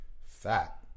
fat